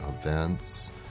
events